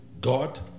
God